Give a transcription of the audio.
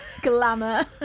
glamour